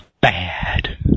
Bad